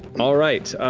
all right,